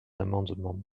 amendement